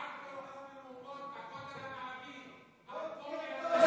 היו מהומות בכותל המערבי, בוקר טוב,